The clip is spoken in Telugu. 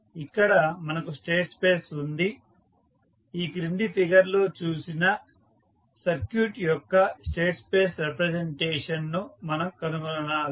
ఇక్కడ మనకు స్టేట్ స్పేస్ ఉంది ఈ క్రింది ఫిగర్ లో చూపిన సర్క్యూట్ యొక్క స్టేట్ స్పేస్ రిప్రజెంటేషన్ ను మనం కనుగొనాలి